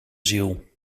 ziel